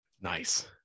Nice